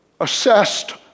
assessed